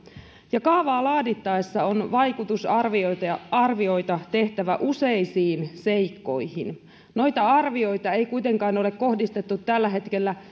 kaavaa laadittaessa on vaikutusarvioita tehtävä useisiin seikkoihin noita arvioita ei kuitenkaan ole kohdistettu tällä hetkellä